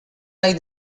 like